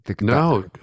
No